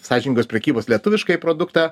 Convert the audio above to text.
sąžiningos prekybos lietuviškai produktą